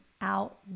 out